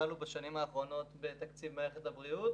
שחלו בשנים האחרונות בתקציב מערכת הבריאות,